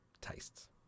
tastes